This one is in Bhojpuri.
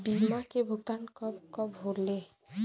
बीमा के भुगतान कब कब होले?